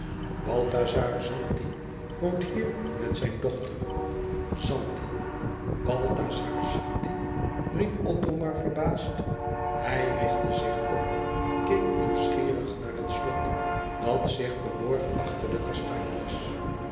balthazar zanti woont hier met zijn dochter zanti balthazar zanti riep othomar verbaasd hij richtte zich op keek nieuwsgierig naar het slot dat zich verborg achter de kastanjes